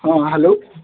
ହଁ ହ୍ୟାଲୋ